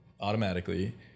automatically